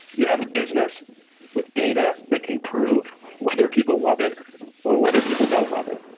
you have a business with data that can prove whether people love it or whether people don't love it.